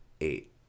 Eight